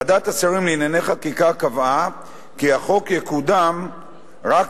ועדת השרים לענייני חקיקה קבעה כי החוק יקודם רק